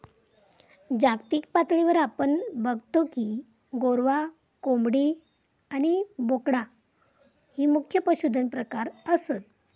जागतिक पातळीवर आपण बगतो की गोरवां, कोंबडी आणि बोकडा ही मुख्य पशुधन प्रकार आसत